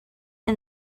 and